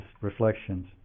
reflections